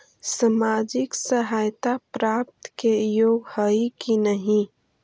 सामाजिक सहायता प्राप्त के योग्य हई कि नहीं?